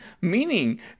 Meaning